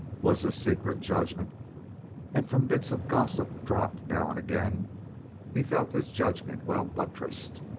was his secret judgment and from bits of gossip dropped now and again he felt his judgment well buttressed.